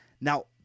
Now